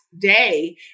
day